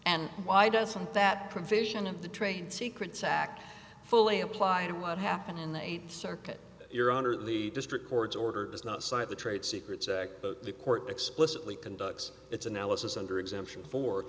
and why doesn't that provision of the trade secrets act fully apply to what happened in the eighth circuit your honor the district court's order does not cite the trade secrets act the court explicitly conducts its analysis under exemption for